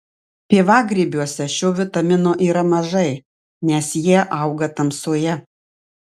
pievagrybiuose šio vitamino yra mažai nes jie auga tamsoje